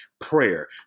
prayer